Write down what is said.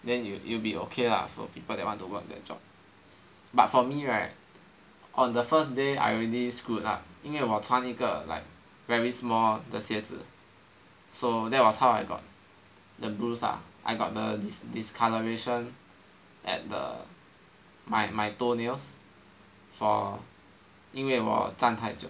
then you you'll be okay lah for people that want to work that job but for me right on the first day I already screwed up 因为我穿一个 like very small 的鞋子 so that was how I got the bruise ah I got the discolouration at the my toe nails 因为我站太久